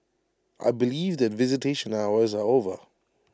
I believe that visitation hours are over